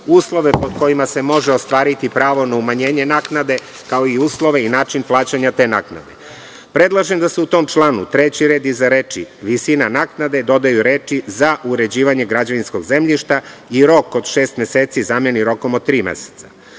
uslove pod kojima se može ostvariti pravo na umanjenje naknade, kao i uslove i način plaćanja te naknade. Predlažem da se u tom članu, u trećem redu iza reči: „visina naknade“ dodaju reči: „za uređivanje građevinskog zemljišta“ i rok od šest meseci zameni rokom od tri meseca.